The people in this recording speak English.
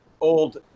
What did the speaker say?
old